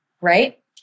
right